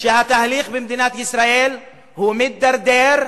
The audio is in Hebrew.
שהתהליך במדינת ישראל מידרדר.